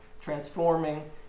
transforming